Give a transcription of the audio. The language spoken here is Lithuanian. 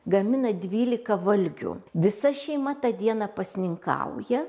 gamina dvylika valgių visa šeima tą dieną pasninkauja